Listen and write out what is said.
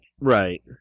Right